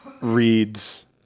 reads